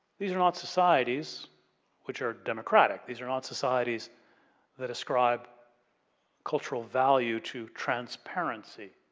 these are not societies which are democratic. these are not societies that ascribe cultural value to transparency.